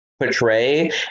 portray